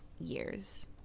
years